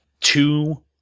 two